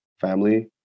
family